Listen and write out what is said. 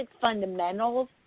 fundamentals